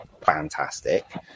fantastic